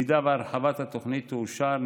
אם הרחבת התוכנית תאושר,